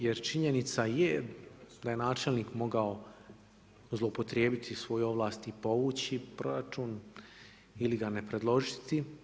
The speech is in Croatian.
Jer činjenica je da je načelnik mogao zloupotrijebiti svoje ovlasti i povući proračun ili ga ne predložiti.